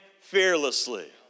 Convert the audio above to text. fearlessly